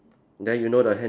then you know the hand